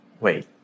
Wait